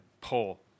pull